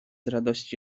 radości